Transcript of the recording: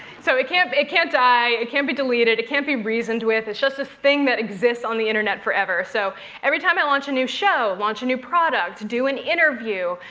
so it can't it can't die, it can't be deleted, can't be reasoned with, it's just this thing that exists on the internet forever. so every time i launch a new show, launch a new product, do an interview,